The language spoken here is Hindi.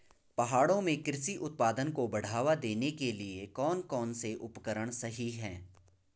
पहाड़ों में कृषि उत्पादन को बढ़ावा देने के लिए कौन कौन से उपकरण सही हैं?